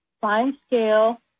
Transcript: fine-scale